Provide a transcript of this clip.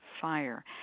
fire